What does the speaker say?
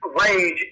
Rage